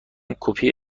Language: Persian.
کپی